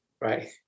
right